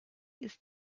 ist